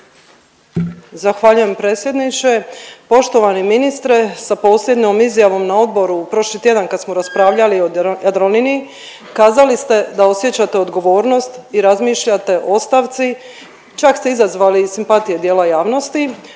Zahvaljujem predsjedniče. Poštovani ministre sa posljednjom izjavom na odboru prošli tjedan kad smo raspravljali o Jadroliniji kazali ste da osjećate odgovornost i razmišljate o ostavci, čak ste izazvali simpatije dijela javnosti,